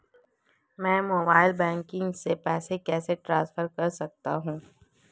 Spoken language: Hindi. मैं मोबाइल बैंकिंग से पैसे कैसे ट्रांसफर कर सकता हूं?